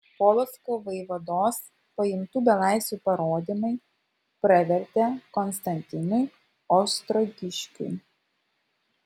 polocko vaivados paimtų belaisvių parodymai pravertė konstantinui ostrogiškiui